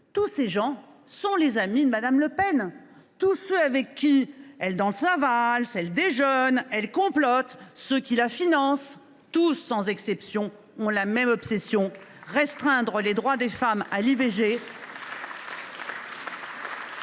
Tous ces gens sont les amis de Mme Le Pen : ce sont ceux avec qui elle danse la valse, déjeune, complote ! Ce sont ceux qui la financent. Et tous, sans exception, ont la même obsession : restreindre les droits des femmes à l’IVG,